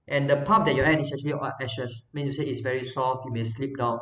and the path that you're at is actually anxious which means it's very soft and you may slipped down